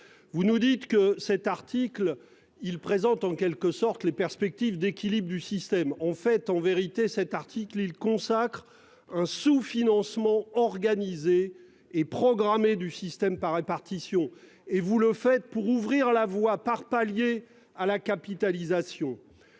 Vous nous dites que cet article il présente en quelque sorte les perspectives d'équilibre du système en fait en vérité cet article ils consacrent un sous-financement organisé et programmé du système par répartition et vous le faites pour ouvrir la voie par paliers à la capitalisation.